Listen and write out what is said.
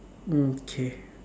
okay